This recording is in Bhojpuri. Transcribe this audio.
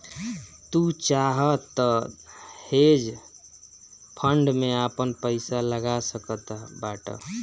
तू चाहअ तअ हेज फंड में आपन पईसा लगा सकत बाटअ